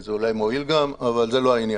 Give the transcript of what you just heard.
ואולי זה גם מועיל, אבל זה לא העניין.